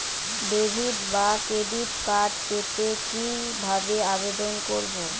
Debit বা credit card পেতে কি ভাবে আবেদন করব?